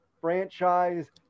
franchise